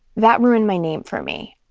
that ruined my name for me.